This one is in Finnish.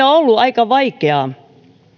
ollut aika vaikeaa